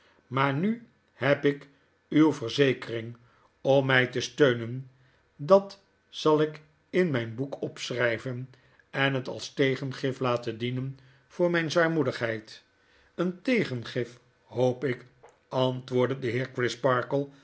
maar nu heb ik uweverzekering om my te steunen dat zal ik in myn boek opschrijven en het als tegengiflatendienen voor myne zwaarmoedigheid een tegengif hoop ik antwoordde de